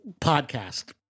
podcast